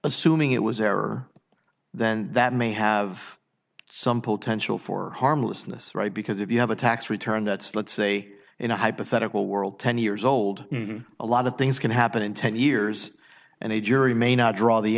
assuming it was error then that may have some potential for harmlessness right because if you have a tax return that's let's say in a hypothetical world ten years old a lot of things can happen in ten years and a jury may not draw the